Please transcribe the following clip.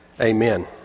Amen